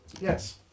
Yes